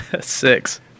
Six